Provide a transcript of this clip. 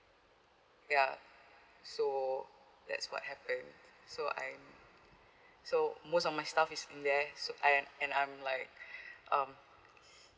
ya so that's what happened so I'm so most of my stuff is in there so I and I'm like um